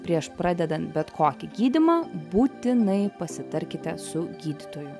prieš pradedant bet kokį gydymą būtinai pasitarkite su gydytoju